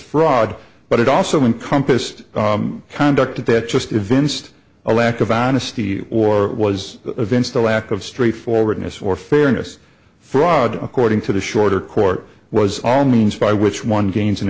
fraud but it also in compassed conduct that just evinced a lack of honesty or was events the lack of straightforwardness for fairness fraud according to the shorter court was all means by which one gains an